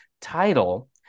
title